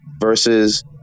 versus